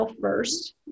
first